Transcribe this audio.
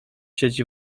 siedzi